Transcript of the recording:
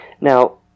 Now